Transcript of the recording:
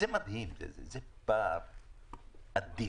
זה מדהים, זה פער אדיר.